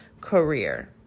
career